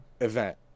event